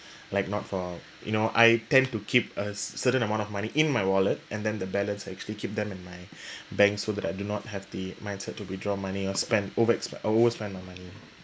like not for you know I tend to keep a certain amount of money in my wallet and then the balance I actually keep them in my bank so that I do not have the mindset to withdraw money or spend overex~ overspend my money